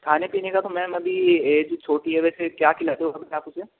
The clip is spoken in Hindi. खाने पीने का तो मेम अभी ऐज छोटी है वैसे क्या खिलाते हो अभी आप उसे